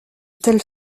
tels